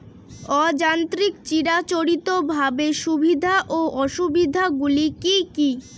অযান্ত্রিক চিরাচরিতভাবে সুবিধা ও অসুবিধা গুলি কি কি?